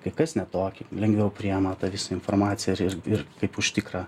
kai kas ne tokį lengviau priima tą visą informaciją ir ir ir kaip už tikrą